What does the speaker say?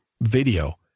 video